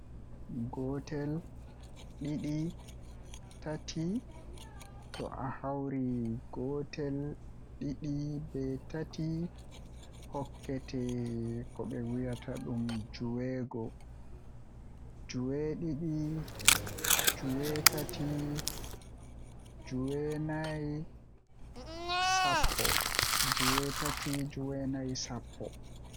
Gootel, Didi, Tati, To ahawri gotel didi be tati hokkete jweego. jwee-didi, jwee-tati, jwee-nay sappo.